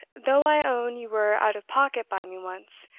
though i own you were out of pocket by me once,